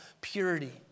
purity